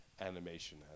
animation